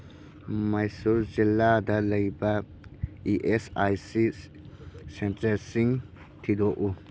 ꯃꯦꯁꯨꯔ ꯖꯤꯂꯥꯗ ꯂꯩꯕ E S I C ꯁꯦꯟꯇꯔꯁꯤꯡ ꯊꯤꯗꯣꯛꯎ